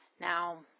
Now